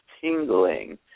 tingling